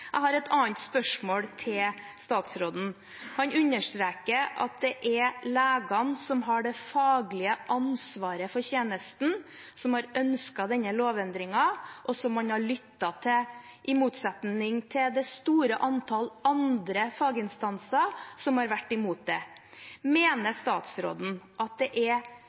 Jeg har et annet spørsmål til statsråden. Han understreker at det er legene som har det faglige ansvaret for tjenesten, som har ønsket denne lovendringen, og som man har lyttet til – i motsetning til det store antall andre faginstanser som har vært imot det. Mener statsråden at det er